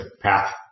path